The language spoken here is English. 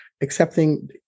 accepting